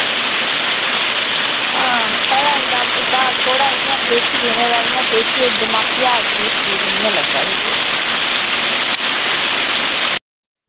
हां पर अजें डाक्टर साहब थोह्ड़ा इ'य्यां किश दिनें दा इ'य्यां किश दमाकी हालत किश ठीक नी ऐ लग्गा दी